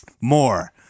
more